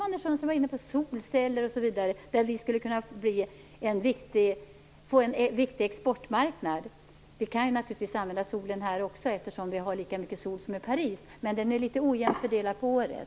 Anders Sundström talade ju om solceller osv. I fråga om detta skulle vi kunna få en viktig exportmarknad. Vi kan naturligtvis använda solen här också, eftersom vi har lika mycket sol som i Paris, men den är litet ojämnt fördelad över året.